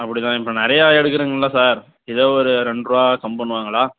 அப்படிதான் இப்போ நிறையா எடுக்கறங்கள்ளல சார் எதோ ஒரு ரெண்டுரூவா கம்மி பண்ணுவாங்களா